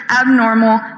abnormal